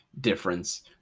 difference